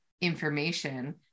information